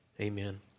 amen